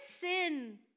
sin